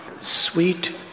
sweet